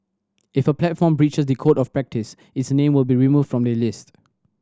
if a platform breaches the Code of Practice its name will be removed from the list